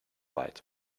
weit